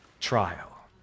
trial